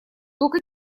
только